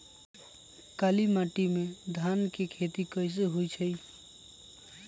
काली माटी में धान के खेती कईसे होइ छइ?